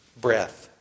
Breath